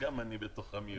גם אני בתוך עמי יושב.